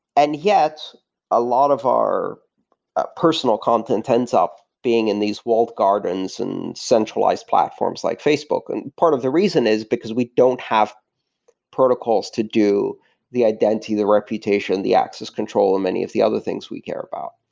and yet a lot of our personal content tends up being in these walled gardens and centralized platforms like facebook. and part of the reason is because we don't have protocols to do the identity, the reputation, the access control and many of the other things we care about.